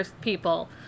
people